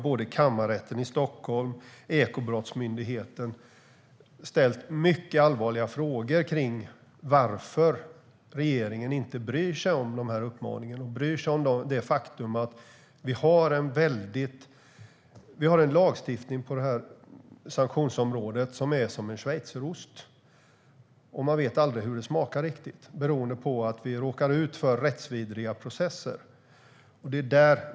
Både Kammarrätten i Stockholm och Ekobrottsmyndigheten har ställt mycket allvarliga frågor om varför regeringen inte bryr sig om de här uppmaningarna. Vi har en lagstiftning på sanktionsområdet som är som en schweizerost. Man vet aldrig riktigt hur den smakar, beroende på att vi råkar ut för rättsvidriga processer.